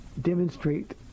demonstrate